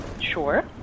Sure